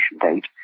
date